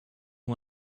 who